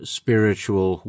spiritual